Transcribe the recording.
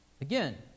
Again